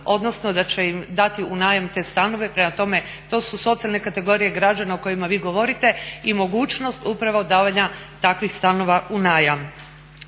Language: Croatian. odnosno da će im dati u najam te stanove. Prema tome, to su socijalne kategorije građana o kojima vi govorite i mogućnost upravo davanja takvih stanova u najam.